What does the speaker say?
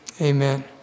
Amen